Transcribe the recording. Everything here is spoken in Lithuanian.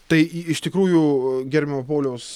tai iš tikrųjų gerbiamo pauliaus